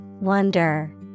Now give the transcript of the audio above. Wonder